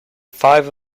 five